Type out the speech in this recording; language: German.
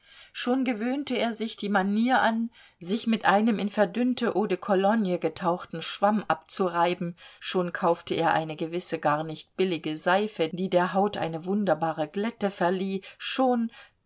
schon gewöhnte er sich die manier an sich mit einem in verdünnte eau de cologne getauchten schwamm abzureiben schon kaufte er eine gewisse gar nicht billige seife die der haut eine wunderbare glätte verlieh schon